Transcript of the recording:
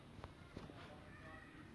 oh damn that's a good choice